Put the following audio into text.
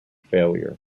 failure